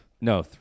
No